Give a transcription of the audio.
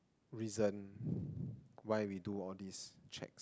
reason why we do all these check